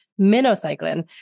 minocycline